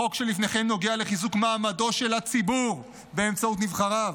החוק שלפניכם נוגע לחיזוק מעמדו של הציבור באמצעות נבחריו,